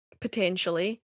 potentially